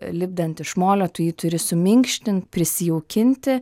lipdant iš molio tu jį turi suminkštint prisijaukinti